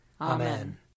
Amen